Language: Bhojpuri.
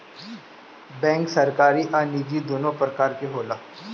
बेंक सरकारी आ निजी दुनु प्रकार के होला